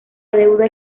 deuda